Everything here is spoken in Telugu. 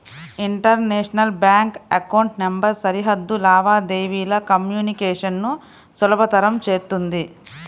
ఇంటర్నేషనల్ బ్యాంక్ అకౌంట్ నంబర్ సరిహద్దు లావాదేవీల కమ్యూనికేషన్ ను సులభతరం చేత్తుంది